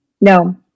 No